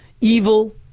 evil